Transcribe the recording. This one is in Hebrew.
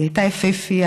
היא הייתה יפהפייה,